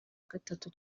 gatatu